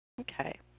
Okay